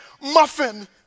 muffin